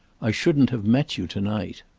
i shouldn't have met you to-night.